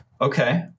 Okay